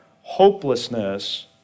Hopelessness